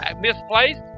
misplaced